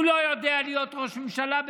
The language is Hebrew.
הוא לא יודע להיות ראש ממשלה,